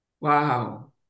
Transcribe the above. Wow